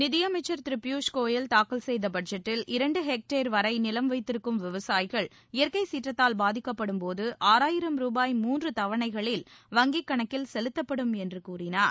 நிதியஎமச்சர் திரு பியூஷ் கோயல் தாக்கல் செய்த பட்ஜெட்டில் இரண்டு ஹெக்டேர் வரை நிலம் வைத்திருக்கும் விவசாயிகள் இயற்கை சீற்றத்தால் பாதிக்கப்படும்போது ஆறாயிரம் ரூபாய் மூன்று தவணைகளில் வங்கிக் கணக்கில் செலுத்தப்படும் என்று கூறினார்